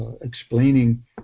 explaining